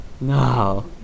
No